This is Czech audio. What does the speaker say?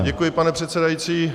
Děkuji, pane předsedající.